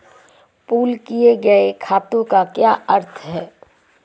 Pool किए गए खातों का क्या अर्थ है?